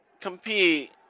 compete